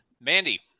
Mandy